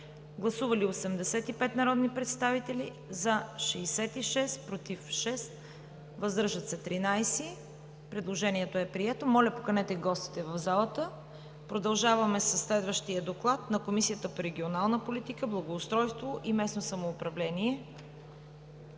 Гласували 85 народни представители: за 66, против 6, въздържали се 13. Предложението е прието – моля, поканете гостите в залата. Продължаваме със следващия Доклад – на Комисията по регионална политика, благоустройство и местно самоуправление.